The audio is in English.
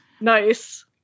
Nice